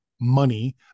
money